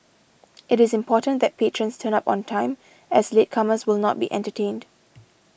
it is important that patrons turn up on time as latecomers will not be entertained